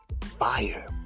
fire